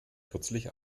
kürzlich